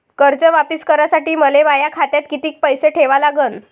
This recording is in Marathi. कर्ज वापिस करासाठी मले माया खात्यात कितीक पैसे ठेवा लागन?